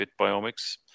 Fitbiomics